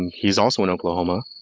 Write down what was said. he's also in oklahoma,